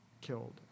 killed